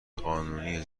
قانونیه